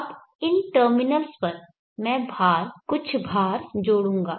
अब इन टर्मिनल्स पर मैं भार कुछ भार जोड़ूंगा